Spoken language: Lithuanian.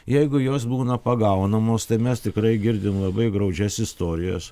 jeigu jos būna pagaunamos tai mes tikrai girdim labai graudžias istorijas